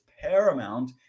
paramount